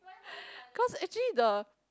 cause actually the